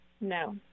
No